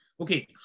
okay